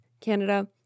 Canada